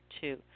two